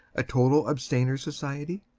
a total abstainers' society?